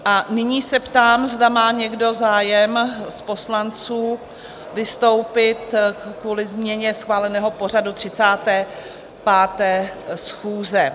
A nyní se ptám, zda má někdo zájem z poslanců vystoupit kvůli změně schváleného pořadu 35. schůze?